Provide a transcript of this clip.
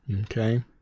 Okay